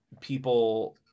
people